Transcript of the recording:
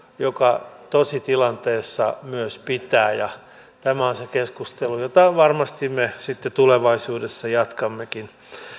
joka tositilanteessa myös pitää ja tämä on se keskustelu jota varmasti me sitten tulevaisuudessa jatkammekin